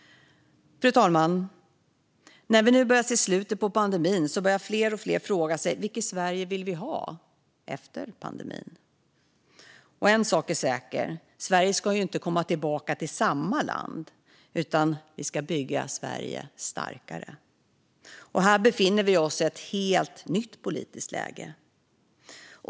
Fru talman! När vi nu börjar se slutet på pandemin börjar allt fler fråga sig vilket Sverige vi vill ha efter pandemin. En sak är säker: Sverige ska inte gå tillbaka till att vara samma land, utan vi ska bygga Sverige starkare. Här befinner vi oss i ett helt nytt politiskt läge.